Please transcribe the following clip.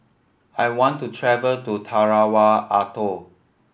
I want to travel to Tarawa Atoll